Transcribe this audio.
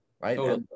right